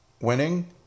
winning